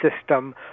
system